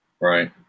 Right